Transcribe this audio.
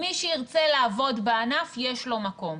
מי שירצה לעבוד בענף, יש לו מקום.